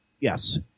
yes